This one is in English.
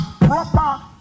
proper